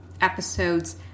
episodes